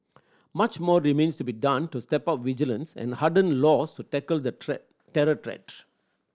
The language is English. much more remains to be done to step out vigilance and harden laws to tackle the terror threat